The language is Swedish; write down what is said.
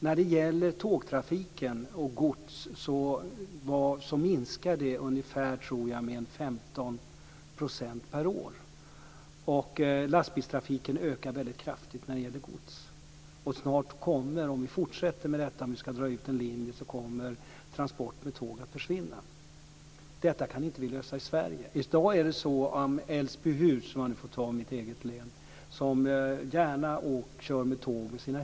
När det gäller tågtrafiken med gods minskar den med ungefär 15 % per år, och lastbilstrafiken med gods ökar väldigt kraftigt. Om detta fortsätter kommer transport med tåg snart att försvinna. Detta kan vi inte lösa i Sverige. Om jag får ta ett exempel från mitt eget län kör Älvsbyhus gärna sina hus med tåg.